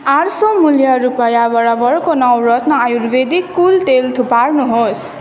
आठ सय मूल्य रुपयाँ बराबरको नवरत्न आयुर्वेदिक कुल तेल थुपार्नूहोस्